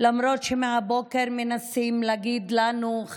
למרות שמהבוקר מנסים להגיד לנו: